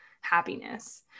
happiness